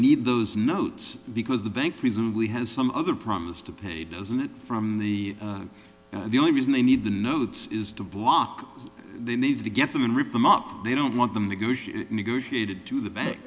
need those notes because the bank presumably has some other promise to pay doesn't it from the the only reason they need the notes is to block the need to get them and rip them up they don't want them to get negotiated to the bank